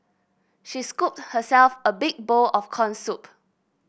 she scooped herself a big bowl of corn soup